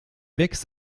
wächst